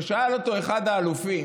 ושאל אותו אחד האלופים: